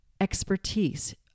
expertise